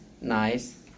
nice